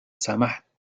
سمحت